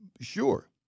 Sure